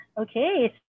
Okay